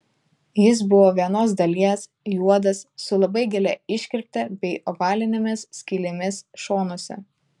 jis buvo vienos dalies juodas su labai gilia iškirpte bei ovalinėmis skylėmis šonuose